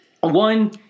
one